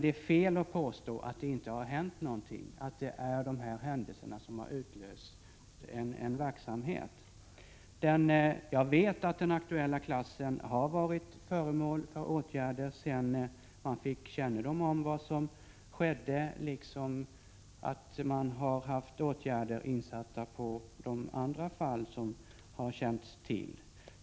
Det är emellertid fel att påstå att ingenting har gjorts hittills, utan att dessa händelser har utlöst en verksamhet. Den aktuella klassen har varit föremål för åtgärder sedan det blev känt vad som hade skett, och det har vidtagits åtgärder även i de andra fallen.